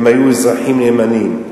הם היו אזרחים נאמנים.